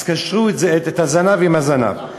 אז קשרו את הזנב עם הזנב,